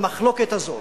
והמחלוקת הזאת,